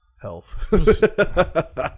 Health